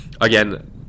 again